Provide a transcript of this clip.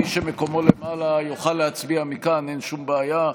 מי שמקומו למעלה יוכל להצביע מכאן, אין שום בעיה,